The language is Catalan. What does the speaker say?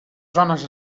zones